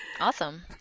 Awesome